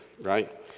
right